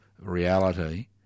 reality